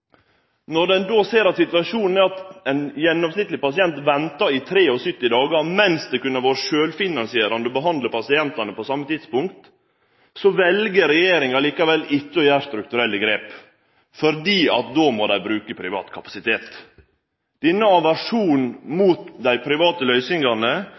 Når ein då ser at situasjonen er at ein gjennomsnittleg pasient ventar i 73 dagar, mens det kunne ha vore sjølvfinansierande å behandle pasientane innanfor same tidsramme, vel regjeringa likevel ikkje å gjere strukturelle grep, for då må dei bruke privat kapasitet. Denne aversjonen mot dei private løysingane